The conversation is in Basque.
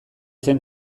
zen